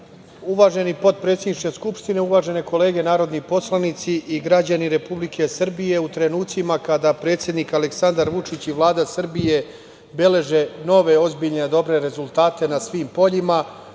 Orliću. Uvaženi potpredsedniče Skupštine, uvažene kolege narodni poslanici i građani Republike Srbije, u trenucima kada predsednik Aleksandar Vučić i Vlada Srbije beleže nove, ozbiljne, dobre rezultate na svim poljima,